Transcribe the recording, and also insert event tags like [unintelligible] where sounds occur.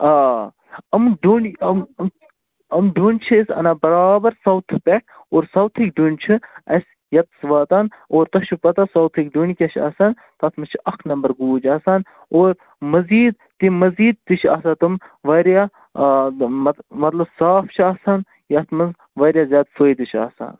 آ یِم ڈُنۍ یِم [unintelligible] یِم ڈُنۍ چھِ أسۍ اَنان بَرابر ساوتھ پٮ۪ٹھ اور سَوتھٕکۍ ڈُنۍ چھِ اَسہِ یۄتَس واتان اور تۄہہِ چھُو پَتہ ساوتھٕکۍ ڈُنۍ کیٛاہ چھِ آسان تَتھ منٛز چھِ اَکھ نَمبَر گوٗج آسان اور مَزیٖد تَمہِ مزیٖد تہِ چھِ آسان تِم واریاہ مط مطلب صاف چھِ آسان یَتھ منٛز واریاہ زیادٕ فٲیدٕ چھِ آسان